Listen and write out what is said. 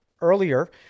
earlier